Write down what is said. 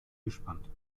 gespannt